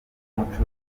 umucuruzi